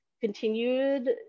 continued